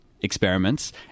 experiments